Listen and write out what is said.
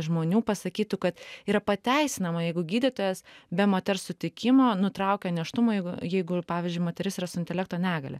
žmonių pasakytų kad yra pateisinama jeigu gydytojas be moters sutikimo nutraukia nėštumą jeigu jeigu pavyzdžiui moteris yra su intelekto negalia